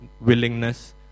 willingness